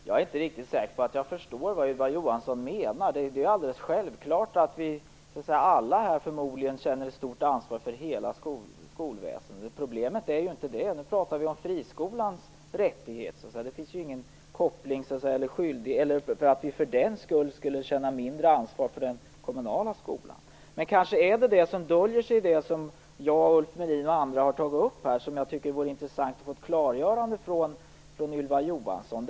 Herr talman! Jag är inte riktigt säker på att jag förstår vad Ylva Johansson menar. Det är alldeles självklart att vi alla här förmodligen känner ett stort ansvar för hela skolväsendet. Det är inte det som är problemet. Nu pratar vi om friskolans rättigheter. Det finns ingen koppling mellan dem och att vi skulle känna mindre ansvar för den kommunala skolan. Men det kanske är detta som döljer sig i det som jag, Ulf Melin och andra har tagit upp här och som jag tycker det vore intressant att få klarlagt av Ylva Johansson.